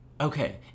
Okay